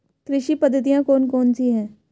कृषि पद्धतियाँ कौन कौन सी हैं?